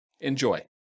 Enjoy